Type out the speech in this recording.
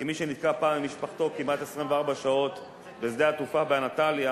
כמי שנתקע פעם עם משפחתו כמעט 24 שעות בשדה התעופה באנטליה,